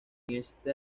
este